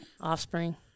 offspring